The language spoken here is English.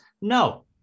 no